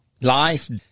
life